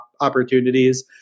opportunities